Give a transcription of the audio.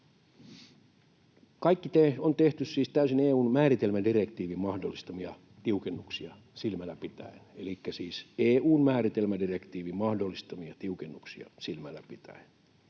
kaikki on tehty siis täysin EU:n määritelmädirektiivin mahdollistamia tiukennuksia silmällä pitäen — elikkä siis EU:n määritelmädirektiivin mahdollistamia tiukennuksia silmällä pitäen.